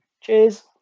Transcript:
cheers